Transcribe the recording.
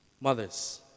mothers